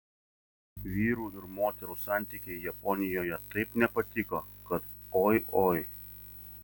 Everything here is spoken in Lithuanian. vyrų ir moterų santykiai japonijoje taip nepatiko kad oi oi